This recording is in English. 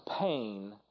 pain